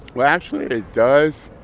well, actually, it it does.